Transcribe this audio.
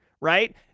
right